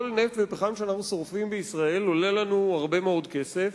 כל נפט ופחם שאנחנו שורפים בישראל עולה לנו הרבה מאוד כסף